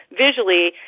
visually